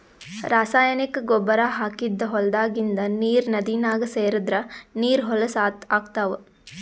ರಾಸಾಯನಿಕ್ ಗೊಬ್ಬರ್ ಹಾಕಿದ್ದ್ ಹೊಲದಾಗಿಂದ್ ನೀರ್ ನದಿನಾಗ್ ಸೇರದ್ರ್ ನೀರ್ ಹೊಲಸ್ ಆಗ್ತಾವ್